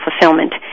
fulfillment